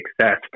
success